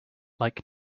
like